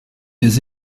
des